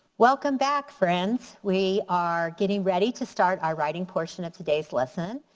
welcome back friends. we are getting ready to start our writing portion of today's lesson.